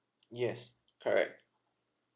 yes correct